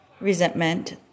resentment